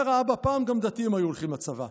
אומר האבא: פעם גם דתיים היו הולכים לצבא.